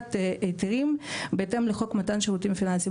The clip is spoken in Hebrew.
הנפקת היתרים בהתאם לחוק מתן שירותים פיננסים.